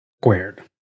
Squared